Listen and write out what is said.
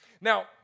Now